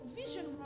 vision